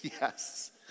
Yes